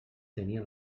tenia